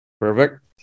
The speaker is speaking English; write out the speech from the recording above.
Perfect